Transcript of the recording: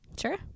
sure